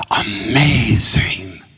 amazing